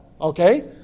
Okay